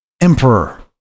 emperor